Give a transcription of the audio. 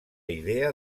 idea